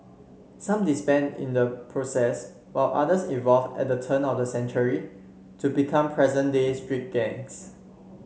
some disbanded in the process while others evolved at the turn of the century to become present day street gangs